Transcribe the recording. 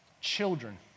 Children